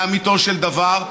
לאמיתו של דבר,